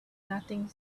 nothing